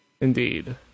Indeed